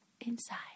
inside